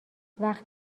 وقت